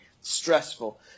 stressful